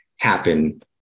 happen